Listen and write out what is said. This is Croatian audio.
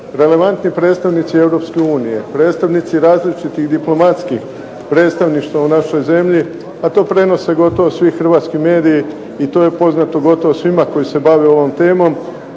Relevantni predstavnici Europske unije, predstavnici različitih diplomatskih predstavništva u našoj zemlji, a to prenose gotovo svi hrvatski mediji i to je poznato gotovo svima koji se bave ovom temom